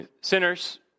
Sinners